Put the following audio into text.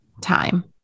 time